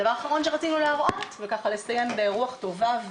הדבר האחרון שרצינו להראות וככה לסיים ברוח טובה,